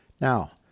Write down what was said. Now